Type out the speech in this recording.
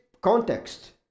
context